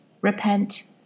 repent